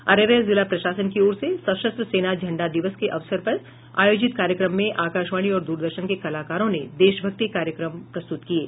अररिया जिला प्रशासन की ओर से सशस्त्र सेना झंडा दिवस के अवसर पर आयोजित कार्यक्रम मे आकाशवाणी और द्रदर्शन के कलाकारों ने देशभक्ति के कार्यक्रम प्रस्तुत किये